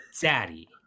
Daddy